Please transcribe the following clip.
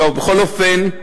בכל אופן,